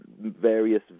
various